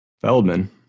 Feldman